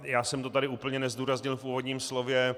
Já jsem to tady úplně nezdůraznil v úvodním slově.